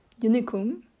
unicum